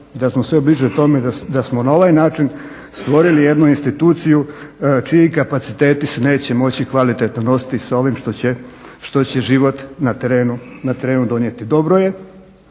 da smo sve bliže tome da smo na ovaj način stvorili jednu instituciju čiji kapaciteti se neće moći kvalitetno nositi s ovim što će život na terenu donijeti. Dobro je